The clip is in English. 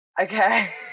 okay